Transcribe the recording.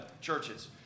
churches